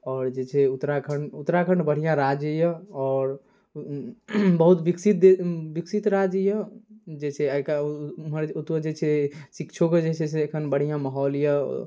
आओर जे छै उत्तराखण्ड उत्तराखण्ड बढ़िआँ राज्य अइ आओर बहुत विकसित दे बहुत विकसित राज्य अइ जइसे आइकाल्हि ओम्हर ओतऽ जे छै शिक्षोके एखन बढ़िआँ माहौल अइ